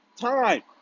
time